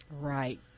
Right